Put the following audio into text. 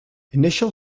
initial